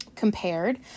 Compared